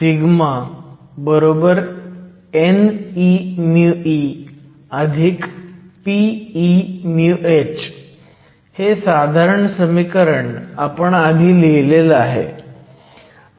σ n e μe p e μh हे साधारण समीकरण आपण आधी लिहिलेलं आहे